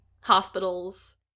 hospitals